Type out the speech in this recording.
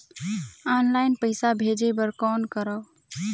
Online पईसा भेजे बर कौन करव?